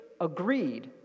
agreed